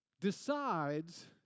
decides